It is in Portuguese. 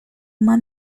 uma